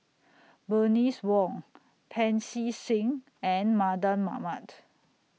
Bernice Wong Pancy Seng and Mardan Mamat